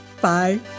Bye